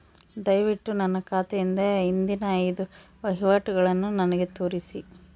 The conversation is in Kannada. ದಯವಿಟ್ಟು ನನ್ನ ಖಾತೆಯಿಂದ ಹಿಂದಿನ ಐದು ವಹಿವಾಟುಗಳನ್ನು ನನಗೆ ತೋರಿಸಿ